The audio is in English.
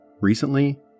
Recently